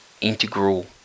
integral